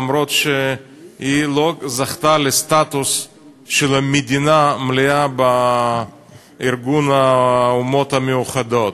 אף שהיא לא זכתה לסטטוס של חברה מלאה בארגון האומות המאוחדות.